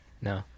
No